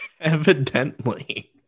Evidently